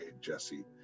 Jesse